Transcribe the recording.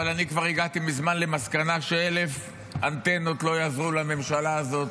אבל אני הגעתי כבר מזמן למסקנה שאלף אנטנות לא יעזרו לממשלה הזאת